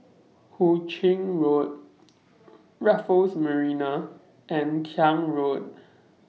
Hu Ching Road Raffles Marina and Klang Road